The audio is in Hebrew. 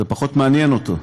זה פחות מעניין אותו.